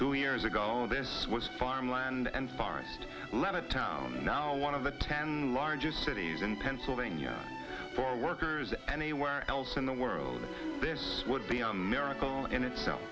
two years ago this was farmland and barn levittown now one of the ten largest cities in pennsylvania for workers anywhere else in the world this would be a miracle in itself